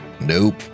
Nope